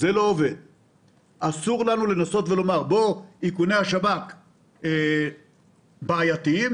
אסור לנו לומר שאיכוני השב"כ בעייתיים